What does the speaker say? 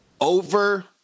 Over